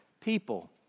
people